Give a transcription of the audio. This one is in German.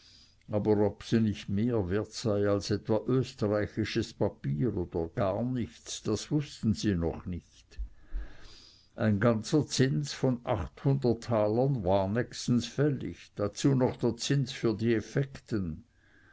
aber ob sie nicht mehr wert sei als etwa österreichisches papier oder gar nichts das wußten sie noch nicht ein ganzer zins von achthundert talern war nächstens fällig dazu noch der zins für die effekten